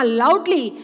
loudly